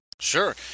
Sure